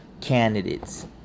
candidates